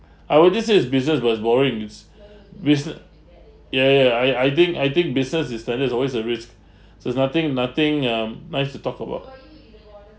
I will just say business was boring it's busine~ ya ya I I think I think business is standard it's always a risk so it's nothing nothing um nice to talk about